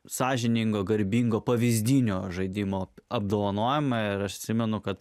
sąžiningo garbingo pavyzdinio žaidimo apdovanojimą ir atsimenu kad